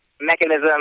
mechanism